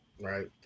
right